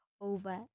over